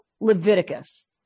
Leviticus